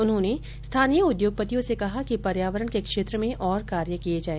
उन्होंने स्थानीय उद्योगपतियों से कहा कि पर्यावरण के क्षेत्र में और कार्य किए जाए